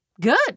good